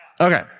Okay